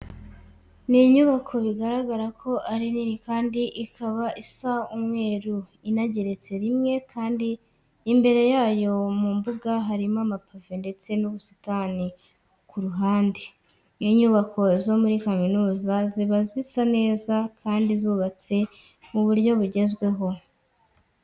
Ni inyubako bigaragara ko ari nini kandi ikaba isa umweru inageretse rimwe kandi imbere yayo mu mbuga harimo amapave ndetse n'ubusitani ku ruhande. Inyubako zo muri kaminiza ziba zisa neza kandi zubatswe mu buryo bugezweho.